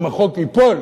אם החוק ייפול,